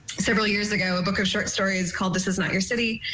several years ago, a book of short stories called this is not your city.